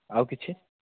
ଆଉ କିଛି